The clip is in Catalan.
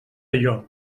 allò